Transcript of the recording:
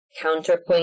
counterpoint